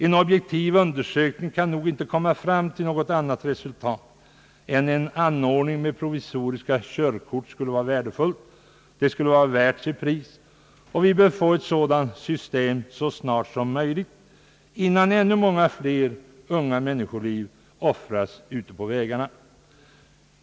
En objektiv undersökning kan nog inte komma fram till annat resultat än att en anordning med provisoriska körkort skulle vara värdefull och värd sitt pris, och vi bör få ett sådant system så snart som möjligt innan ännu många flera unga människoliv offras ute på vägarna.